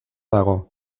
dago